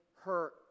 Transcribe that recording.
hurt